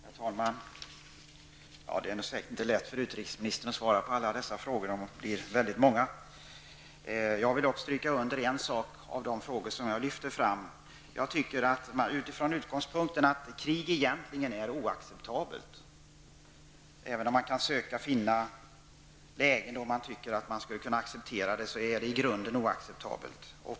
Herr talman! Det är säkert inte lätt för utrikesministern att svara på alla frågor, för de har blivit väldigt många. En av de frågor som jag vill lyfta fram är att man måste utgå ifrån att krig egentligen inte kan accepteras. Även om det finns lägen då man kan tycka att man skulle kunna acceptera krig, är det i grunden oacceptabelt.